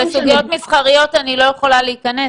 לסוגיות מסחריות אני לא יכולה להיכנס,